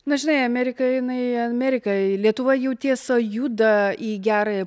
na žinai amerika jinai amerika lietuva jau tiesa juda į gerąją